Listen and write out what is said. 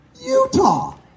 Utah